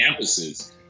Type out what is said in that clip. campuses